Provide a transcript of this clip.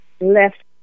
left